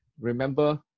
remember